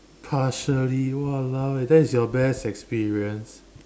partially !walao! eh that is your best experience